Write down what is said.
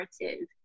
narrative